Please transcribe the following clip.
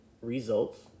results